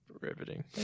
Riveting